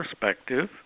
perspective